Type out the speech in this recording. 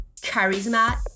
Charisma